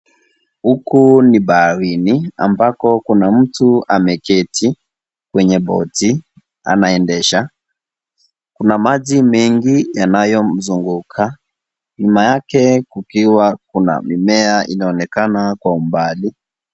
Huku ni baharini ambapo kuna mtu ameketi kwenye boti anaendesha. Kuna maji mengi yanayomzunguka, nyuma yake kukiwa na mimea inayoonekana kwa umbali.